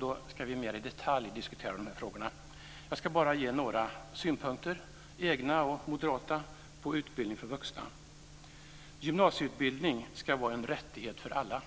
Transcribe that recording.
Då ska vi mer i detalj diskutera de här frågorna. Jag ska bara ge några synpunkter, egna och moderata, på utbildning för vuxna. Gymnasieutbildning ska vara en rättighet för alla,